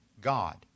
God